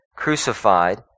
crucified